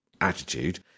attitude